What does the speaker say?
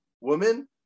woman